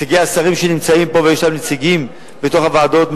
נציגי השרים שנמצאים פה ויש להם נציגים בתוך הוועדות,